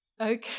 Okay